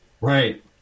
Right